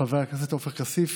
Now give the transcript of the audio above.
חבר הכנסת עופר כסיף